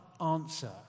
answer